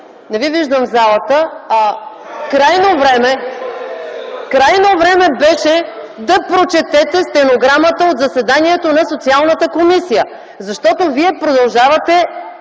не Ви виждам в залата. Крайно време беше да прочетете стенограмата от заседанието на Социалната комисия, защото Вие продължавате